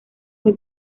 muy